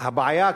הבעיה,